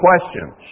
questions